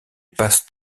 passe